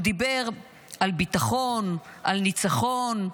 הוא דיבר על ביטחון, על ניצחון,